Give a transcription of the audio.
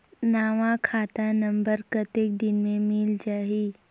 नवा खाता नंबर कतेक दिन मे मिल जाही?